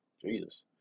Jesus